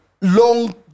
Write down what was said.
long